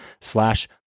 slash